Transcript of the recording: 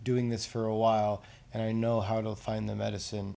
doing this for a while and i know how to find the medicine